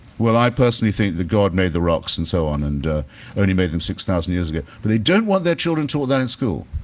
well, i personally think that god made the rocks and so on and only made them six thousand years ago. but they don't want their children taught that in school.